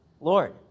Lord